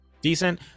decent